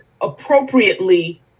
appropriately